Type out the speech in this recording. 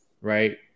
right